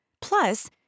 Plus